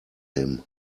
him